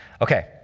Okay